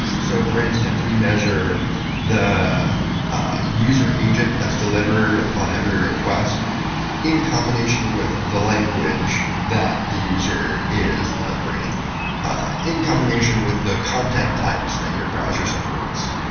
so for instance, we measure the user agent that's delivered upon every request in combination with the language that the user is delivering in combination with the content types that your browser supports.